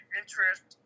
interest